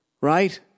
right